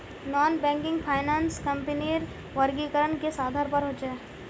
Non banking finance कंपनीर वर्गीकरण किस आधार पर होचे?